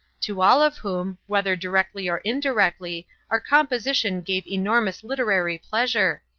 to all of whom, whether directly or indirectly, our composition gave enormous literary pleasure.